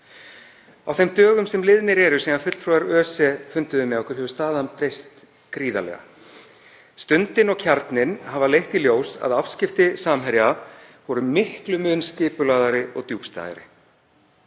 Á þeim dögum sem liðnir eru síðan fulltrúar ÖSE funduðu með okkur hefur staðan breyst gríðarlega. Stundin og Kjarninn hafa leitt í ljós að afskipti Samherja voru mun skipulagðari og djúpstæðari.